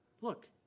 Look